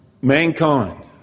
mankind